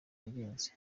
yagenze